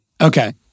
Okay